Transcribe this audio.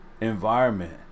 environment